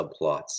subplots